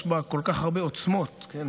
יש בה כל כך הרבה עוצמות, כן?